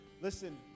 listen